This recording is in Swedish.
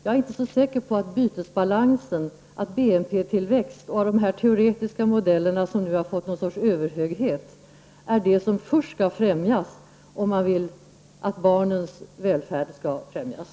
Jag är inte så säker på att bytesbalans, BNP-tillväxt och de teoretiska modeller som nu har fått någon sorts överhöghet är det som först skall främjas, om man vill att barnens välfärd skall främjas.